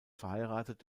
verheiratet